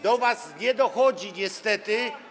Do was nie dochodzi, niestety.